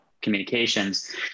communications